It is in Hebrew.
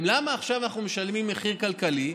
למה עכשיו אנחנו משלמים מחיר כלכלי,